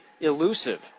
elusive